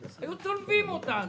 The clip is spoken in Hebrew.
היו צולבים אותנו.